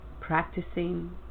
practicing